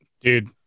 Dude